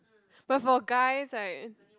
but for guys right